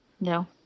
no